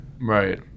Right